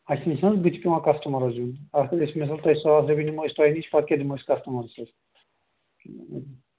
اَسہِ تہِ چھُنہٕ حظ بُتھِ پیٚوان کَسٹٕمَرس دیُن اگر أسۍ مِثال تۅہہِ ساس رۅپیہِ نِمیٚو تۅہہِ نِش پَتہٕ کیٛاہ دِمو أسۍ کَسٹٕمَرس حظ